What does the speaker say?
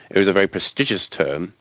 it was a very prestigious term,